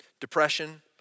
depression